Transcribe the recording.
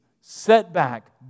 setback